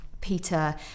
Peter